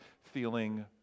feeling